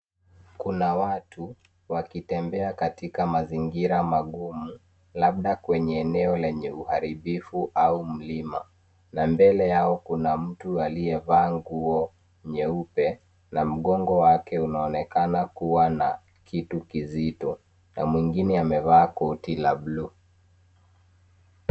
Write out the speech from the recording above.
Kuna watu wakitembea katika mazingira mangumu labda kwenye eneo lenye uharibifu au mlima na mbele yao kuna mtu aliyevaa nguo nyeupe na mgongo wake unaonekana kuwa na kitu kizito na mwingine amevaa koti la buluu.